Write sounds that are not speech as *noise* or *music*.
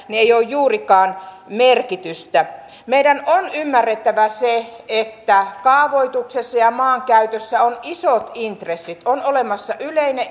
ei ole juurikaan merkitystä meidän on ymmärrettävä se että kaavoituksessa ja maankäytössä on isot intressit on olemassa yleinen *unintelligible*